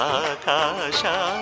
akasha